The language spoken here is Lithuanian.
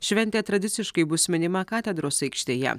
šventė tradiciškai bus minima katedros aikštėje